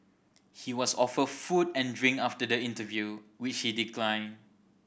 he was offered food and drink after the interview which he declined